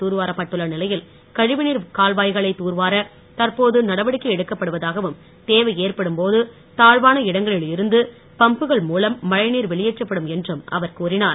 துர்வாரப்பட்டுள்ள நிலையில் கழிவுநீர் கால்வாய்களை துர்வார தற்போது நடவடிக்கை எடுக்கபடுவதாகவும் தேவை ஏற்படும் போது தாழ்வான இடங்களில் இருந்து பம்புகள் மூலம் மழைநீர் வெளியேற்றப்படும் என்றும் அவர் கூறினார்